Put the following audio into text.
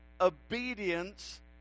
obedience